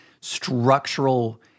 structural –